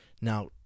Now